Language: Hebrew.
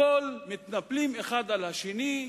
הכול מתנפלים אחד על השני,